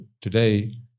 today